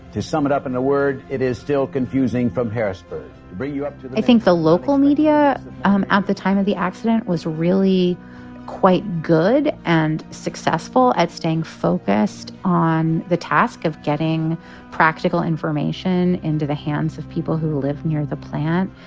to sum it up in a word, it is still confusing from harrisburg. to bring you up. i think the local media um at the time of the accident was really quite good and successful at staying focused on the task of getting practical information into the hands of people who lived near the plant.